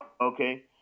okay